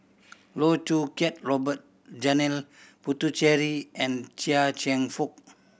Loh Choo Kiat Robert Janil Puthucheary and Chia Cheong Fook